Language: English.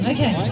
Okay